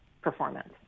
performance